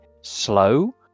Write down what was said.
slow